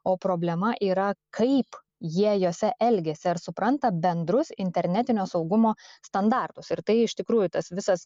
o problema yra kaip jie jose elgiasi ar supranta bendrus internetinio saugumo standartus ir tai iš tikrųjų tas visas